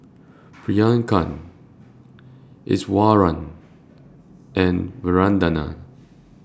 Priyanka Iswaran and Vandana